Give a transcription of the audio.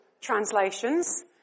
translations